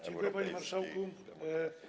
Dziękuję, panie marszałku.